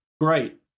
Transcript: great